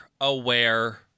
aware